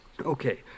okay